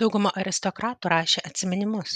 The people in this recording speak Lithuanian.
dauguma aristokratų rašė atsiminimus